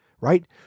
right